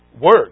work